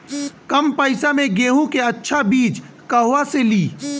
कम पैसा में गेहूं के अच्छा बिज कहवा से ली?